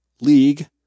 league